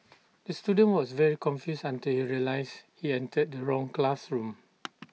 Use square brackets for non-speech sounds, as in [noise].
[noise] the student was very confused until he realised he entered the wrong classroom